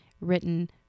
written